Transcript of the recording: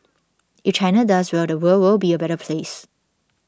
if China does well the world will be a better place